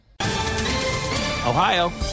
Ohio